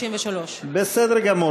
33. בסדר גמור.